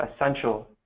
Essential